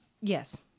Yes